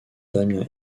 damien